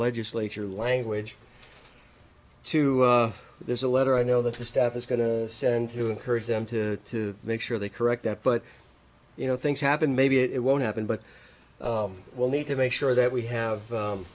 legislature language two there's a letter i know that his staff is going to send to encourage them to make sure they correct that but you know things happen maybe it won't happen but we'll need to make sure that we have